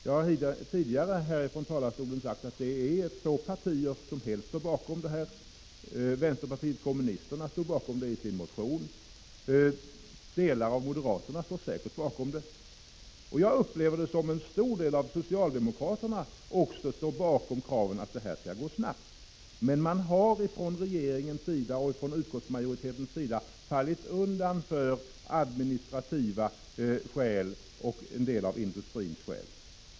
Jag har tidigare från denna talarstol sagt att det är två partier som helt står bakom detta förslag; vpk står bakom det i sin motion, och delar av moderaterna står säkert bakom det. Jag upplever det så att en stor del av socialdemokraterna också står bakom kravet att införandet av skärpta avgasreningskrav skall ske snabbt, men från regeringens och utskottsmajoritetens sida har man fallit undan för administrativa skäl och en del av industrins skäl.